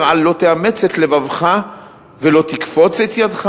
על 'לא תאמץ את לבבך ולא תקפץ את ידך'